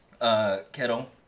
Kettle